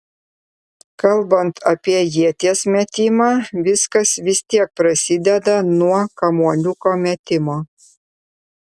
kalbant apie ieties metimą viskas vis tiek prasideda nuo kamuoliuko metimo